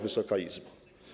Wysoka Izbo!